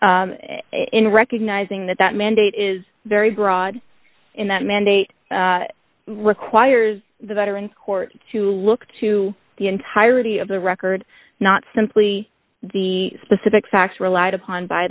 in recognizing that that mandate is very broad in that mandate requires the veteran court to look to the entirety of the record not simply the specific facts relied upon by